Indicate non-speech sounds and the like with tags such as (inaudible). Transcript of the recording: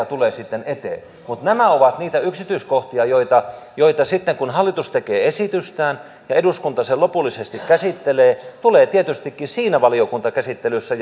(unintelligible) tulee sitten eteen nämä ovat niitä yksityiskohtia jotka sitten kun hallitus tekee esitystään ja eduskunta sen lopullisesti käsittelee tulee tietystikin siinä valiokuntakäsittelyssä (unintelligible)